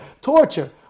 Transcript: torture